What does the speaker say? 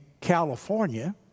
California